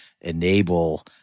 enable